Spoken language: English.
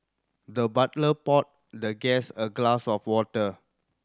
the butler poured the guest a glass of water